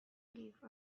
give